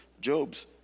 Job's